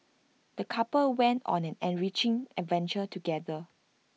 the couple went on an enriching adventure together